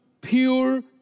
pure